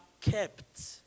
kept